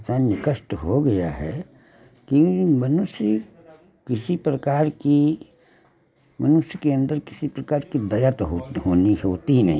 से निकष्ट हो गया है कि मनुष्य किसी प्रकार की मनुष्य के अंदर किसी प्रकार की दया तो होत होनी होती ही नहीं है